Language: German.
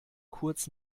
kurz